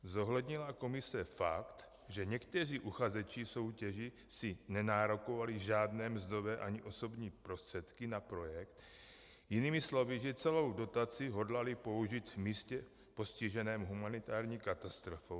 Zohlednila komise fakt, že někteří uchazeči v soutěži si nenárokovali žádné mzdové ani osobní prostředky na projekt, jinými slovy, že celou dotaci hodlali použít v místě postiženém humanitární katastrofou?